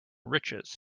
riches